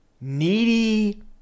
needy